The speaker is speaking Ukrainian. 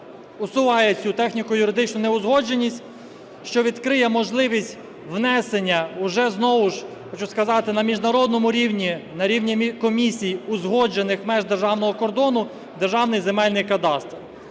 усуває цю техніко-юридичну неузгодженість, що відкриє можливість внесення уже, знову ж хочу сказати, на міжнародному рівні, на рівні комісій узгоджених меж державного кордону в Державний земельний кадастр.